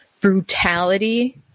brutality